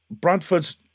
Bradford's